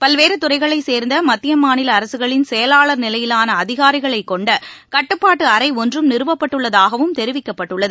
பல்வேறு துறைகளைச் சேர்ந்த மத்திய மாநில அரசுகளின் செயலாளர் நிலையிலான அதிகாரிகளைக் கொண்ட கட்டுப்பாட்டு அறை ஒன்றும் நிறுவப்பட்டுள்ளதாகவும் தெரிவிக்கப்பட்டுள்ளது